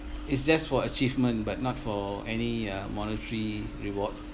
it's just for achievement but not for any uh monetary reward